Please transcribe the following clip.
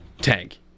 Tank